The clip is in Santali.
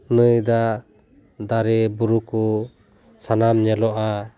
ᱱᱟᱹᱭ ᱫᱟᱜ ᱫᱟᱨᱮ ᱵᱩᱨᱩ ᱠᱚ ᱥᱟᱱᱟᱢ ᱧᱮᱞᱚᱜᱼᱟ